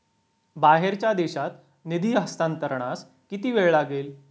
बाहेरच्या देशात निधी हस्तांतरणास किती वेळ लागेल?